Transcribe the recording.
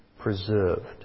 preserved